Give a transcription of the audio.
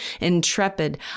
Intrepid